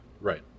right